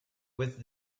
with